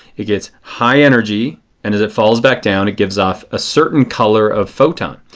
it gets high energy and as it falls back down it gives off a certain color of photon.